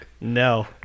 No